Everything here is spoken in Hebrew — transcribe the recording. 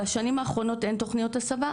בשנים האחרונות אין תוכניות הסבה.